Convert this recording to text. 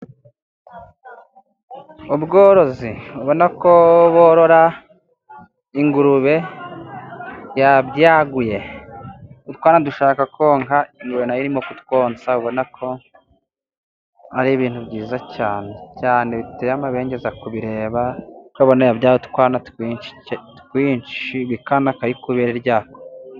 Ubworozi ubona ko borora ingurube, yabwaguye utwana dushaka konka ingurube nayo, urikubonako irimo kutwonsa abona ko ari ibintu byiza cyane cyane bite amabengeza, kubireba ukabona yabyaye utwana twinshi buri kana kari ku ibere ryako.